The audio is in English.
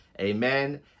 Amen